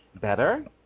better